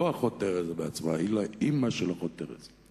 לא אחות תרזה בעצמה, אלא אמא של אחות תרזה.